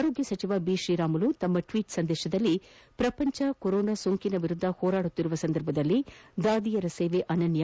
ಆರೋಗ್ಯ ಸಚಿವ ಬಿ ಶ್ರೀರಾಮುಲು ತಮ್ಮ ಟ್ಲೀಟ್ ಸಂದೇಶದಲ್ಲಿ ಪ್ರಪಂಚ ಕೊರೊನಾ ಸೋಂಕಿನ ವಿರುದ್ದ ಹೋರಾಡುತ್ತಿರುವ ಸಂದರ್ಭದಲ್ಲಿ ದಾದಿಯರ ಸೇವೆ ಅನನ್ಯ